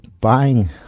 buying